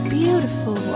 beautiful